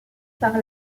par